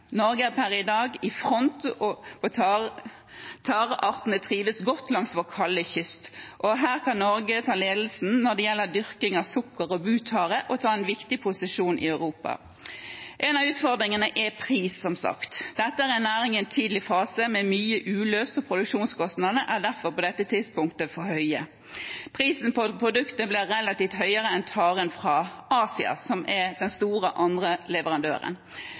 Norge er per i dag i front, og tareartene trives godt langs vår kalde kyst. Her kan Norge ta ledelsen når det gjelder dyrking av sukker- og butare, og ta en viktig posisjon i Europa. En av utfordringene er pris, som sagt. Dette er en næring i en tidlig fase, med mye uløst, og produksjonskostnadene er derfor på dette tidspunktet for høye. Prisen på produktet blir relativt høyere enn taren fra Asia, som er den andre store leverandøren.